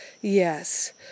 Yes